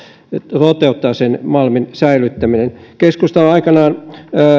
toteuttaa malmin säilyttäminen keskusta on aikanaan